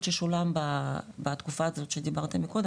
ששולם בתקופה הזאת שדיברנו מקודם,